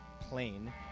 plane